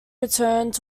returned